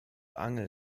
angel